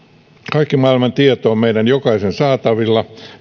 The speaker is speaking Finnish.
kaikki maailman tieto on meidän jokaisen saatavilla